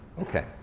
Okay